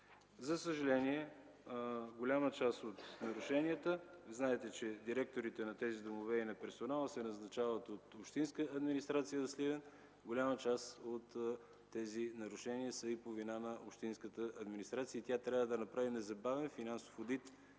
За съжаление, голяма част от нарушенията, знаете че директорите на тези домове и на персонала се назначават от Общинска администрация – Сливен, са и по вина на общинската администрация. Тя трябва да направи незабавен финансов одит